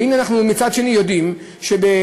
והנה, מצד שני אנחנו יודעים שב-2015